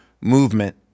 movement